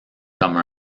comme